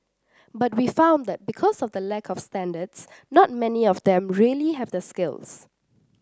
but we have found that because of the lack of standards not many of them really have the skills